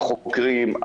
החוקרים,